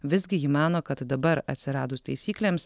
visgi ji mano kad dabar atsiradus taisyklėms